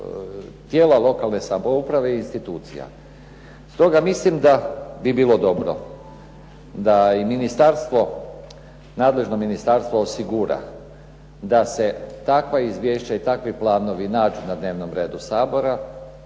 dijela lokalne uprave i institucija. Stoga mislim da bi bilo dobro da i nadležno ministarstvo osigura da se takva izvješća i takvi planovi nađu na dnevnom redu Sabora,